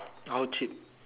how cheap